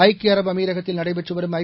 ஐக்கிய அரபு அமீரகத்தில் நடைபெற்றுவரும் ஐ